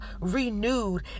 Renewed